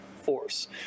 force